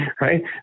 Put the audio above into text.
right